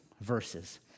verses